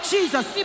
Jesus